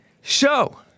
show